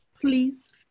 please